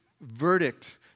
verdict